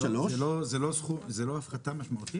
סעיף 3. זה לא הפחתה מאוד משמעותית?